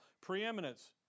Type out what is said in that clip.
Preeminence